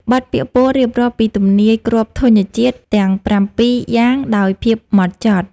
បទពាក្យពោលរៀបរាប់ពីទំនាយគ្រាប់ធញ្ញជាតិទាំងប្រាំពីរយ៉ាងដោយភាពហ្មត់ចត់។